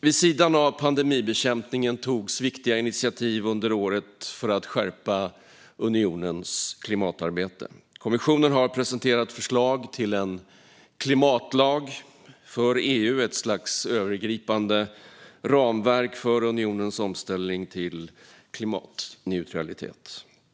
Vid sidan av pandemibekämpningen togs viktiga initiativ under året för att skärpa unionens klimatarbete. Kommissionen har presenterat förslag till en klimatlag för EU, ett slags övergripande ramverk för unionens omställning till klimatneutralitet.